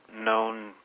known